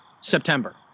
September